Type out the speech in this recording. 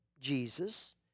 Jesus